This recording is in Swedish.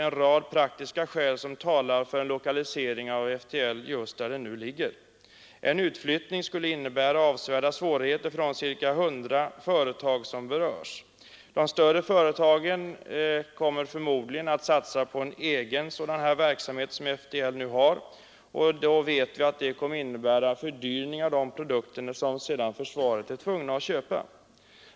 En rad praktiska skäl talar därför för lokalisering av FTL just där anstalten nu ligger. En utflyttning skulle innebära avsevärda svårigheter för de ca 100 företag som berörs. De större företagen kommer förmodligen att satsa på en egen sådan verksamhet som FTL nu har, och då vet vi att det kommer att innebära fördyring av produkter som försvaret är tvunget att köpa.